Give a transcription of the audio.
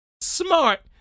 Smart